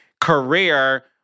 career